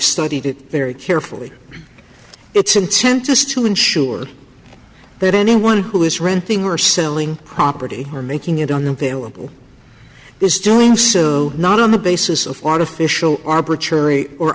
studied it very carefully its intent is to ensure that anyone who is renting or selling property or making it on the pale of will is doing so not on the basis of artificial arbitrary or